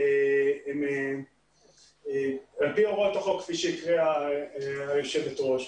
זה על פי הוראות החוק, כפי שהקריאה היושבת-ראש,